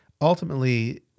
ultimately